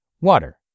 Water